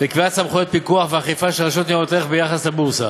וקביעת סמכויות פיקוח ואכיפה של רשות ניירות ערך ביחס לבורסה.